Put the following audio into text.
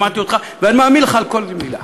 שמעתי אותך, ואני מאמין לכל מילה.